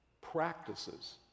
practices